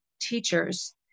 teachers